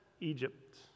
Egypt